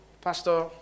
Pastor